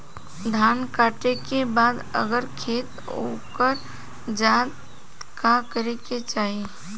धान कांटेके बाद अगर खेत उकर जात का करे के चाही?